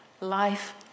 Life